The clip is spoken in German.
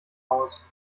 aus